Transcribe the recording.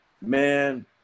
Man